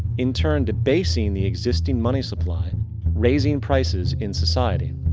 in turn, debasing the existing money supply raising prices in society.